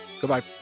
Goodbye